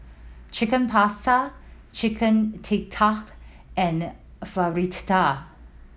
Chicken Pasta Chicken Tikka and Fritada